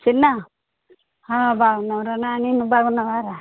చిన్న బాగున్నాం రా నాని నువ్వు బాగున్నావా రా